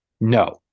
no